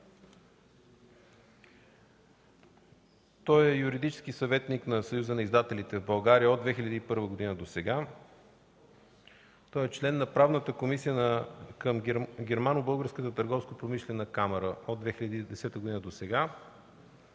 Той е юридически съветник на Съюза на издателите в България от 2001 г. досега. Член е на Правната комисия към Германо-Българската търговско-промишлено камара – от 2010 г. досега.